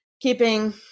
keeping